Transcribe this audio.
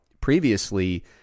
previously